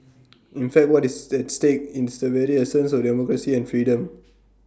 in fact what is at stake is the very essence of democracy and freedom